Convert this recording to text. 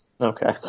Okay